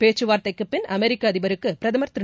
பேச்சுவார்ததைக்குபின் அமெரிக்கஅதிபருக்குபிரதமர் திரு